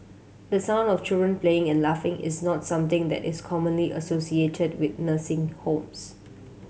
the sound of children playing and laughing is not something that is commonly associated with nursing homes